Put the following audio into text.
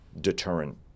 deterrent